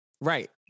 Right